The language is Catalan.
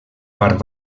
part